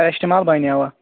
paracetamol بَنیو وا